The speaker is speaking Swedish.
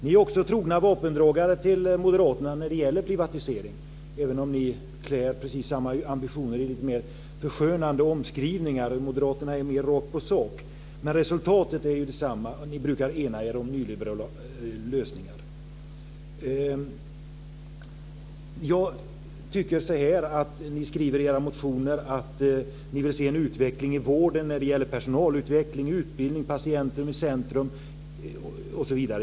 Ni är också moderaternas trogna vapendragare när det gäller privatisering, även om ni klär precis samma ambitioner i lite mer förskönande omskrivningar. Moderaterna är mer rakt på sak. Men resultatet är det samma. Ni brukar enas om nyliberala lösningar. Ni skriver i era motioner att ni vill se en utveckling i vården när det gäller personalutveckling och utbildning, att patienten ska vara i centrum osv.